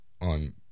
on